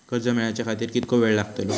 कर्ज मेलाच्या खातिर कीतको वेळ लागतलो?